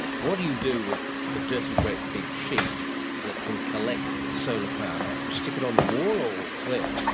what do you do with a dirty great big sheet that can collect solar power? do you stick it on the wall or where?